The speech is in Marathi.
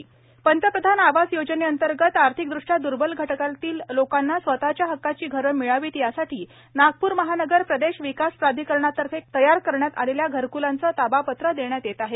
घरकलांचे ताबापत्र पंतप्रधान आवास योजनेअंतर्गत आर्थिकदृष्टया द्र्बल घटकातील लोकांना स्वतःच्या हक्काची घरे मिळावीत यासाठी नागपूर महानगर प्रदेश विकास प्राधिकरणातर्फे तयार करण्यात आलेल्या घरक्लांचे ताबापत्र देण्यात येत आहे